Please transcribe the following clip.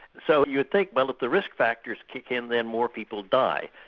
so you'd think well if the risk factors kick in, then more people die.